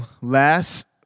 last